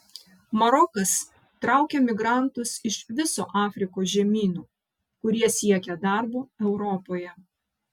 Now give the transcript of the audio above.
marokas traukia migrantus iš viso afrikos žemyno kurie siekia darbo europoje